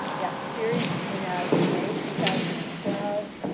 that series came out in may, two thousand and twelve.